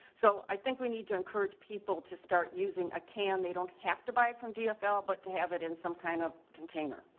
so i think we need to encourage people to start using a can. they don't have to buy it from gfl, but to have it in some kind of container.